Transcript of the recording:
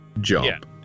jump